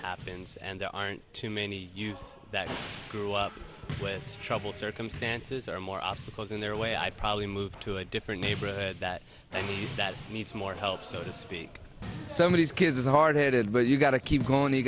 happens and there aren't too many use that grew up with trouble circumstances or more obstacles in their way i probably move to a different neighborhood that i need that needs more help so to speak some of these kids is hard headed but you've got to keep going you